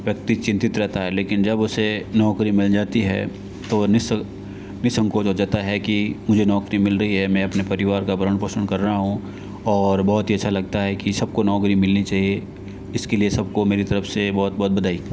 प्रति चिन्तित रहता है लेकिन जब उसे नौकरी मिल जाती है तो निसंकोच हो जाता है की मुझे नौकरी मिल गई है मैं अपने परिवार का भरण पोषण कर रहा हूँ और बहुत ही अच्छा लगता है की सब को नौकरी मिलनी चाहिए इसके लिए सबको मेरी तरफ से बहुत बहुत बधाई